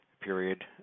period